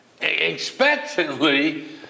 expectantly